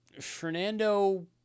Fernando